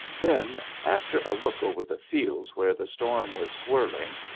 then, after a look over the fields where the storm was swirling,